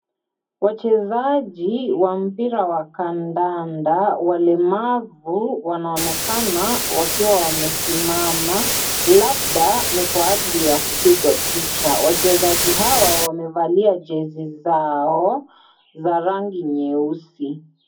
Wachezaji wa mpira wa kandanda walemavu wanaonekana wakiwa wamesimama labda ni kwa ajili ya kupigwa picha wachezaji hawa wamevalia jezi zao za rangi nyeusi.